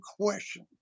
question